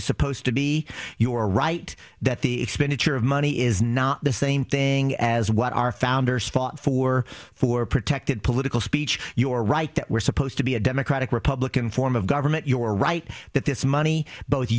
is supposed to be you are right that the expenditure of money is not the same thing as what our founders fought for for protected political speech you're right that we're supposed to be a democratic republican form of government you're right that this money b